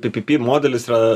ppp modelis yra